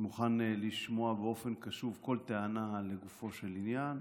אני מוכן לשמוע באופן קשוב כל טענה לגופו של עניין,